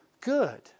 good